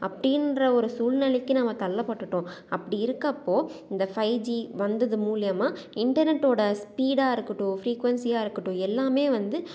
அப்படின்ற ஒரு சூழ்நிலைக்கு நம்ம தள்ளப்பட்டுவிட்டோம் அப்படி இருக்கப்போது இந்த ஃபைவ் ஜீ வந்தது மூலயமா இன்டர்நெட்டோட ஸ்பீடாக இருக்கட்டும் ஃப்ரீகொன்ஸியாக இருக்கட்டும் எல்லாமே வந்து